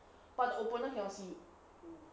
but the opponent cannot see you